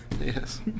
Yes